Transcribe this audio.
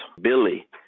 Billy